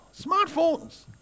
smartphones